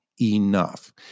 enough